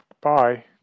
bye